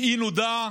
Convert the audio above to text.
ובאי-ידיעה